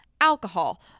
alcohol